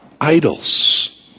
idols